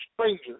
stranger